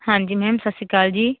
ਹਾਂਜੀ ਮੈਮ ਸਤਿ ਸ਼੍ਰੀ ਅਕਾਲ ਜੀ